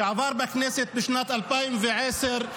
שעבר בכנסת בשנת 2010,